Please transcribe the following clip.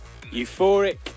euphoric